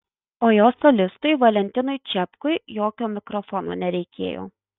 o jo solistui valentinui čepkui jokio mikrofono nereikėjo